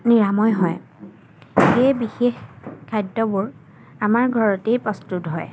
নিৰাময় হয় সেয়ে বিশেষ খাদ্যবোৰ আমাৰ ঘৰতেই প্ৰস্তুত হয়